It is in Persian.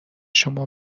شما